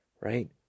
right